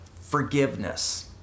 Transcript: forgiveness